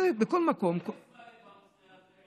איפה ישראל בנושא הזה,